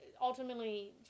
ultimately